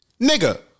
nigga